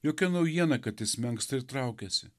jokia naujiena kad jis menksta ir traukiasi